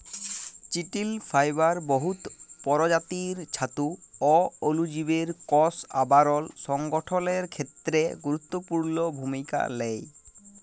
চিটিল ফাইবার বহুত পরজাতির ছাতু অ অলুজীবের কষ আবরল সংগঠলের খ্যেত্রে গুরুত্তপুর্ল ভূমিকা লেই